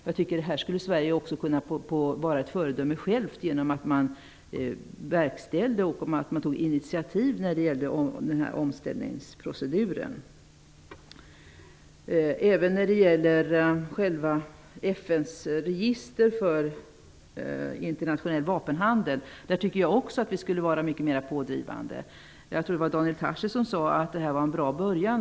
Sverige skulle också självt kunna vara ett föredöme genom att verkställa och ta initiativ till denna omställningsprocedur. Även när det gäller FN:s register för internationell vapenhandel borde Sverige vara mycket mer pådrivande. Jag tror att det var Daniel Tarschys som sade att detta var en bra början.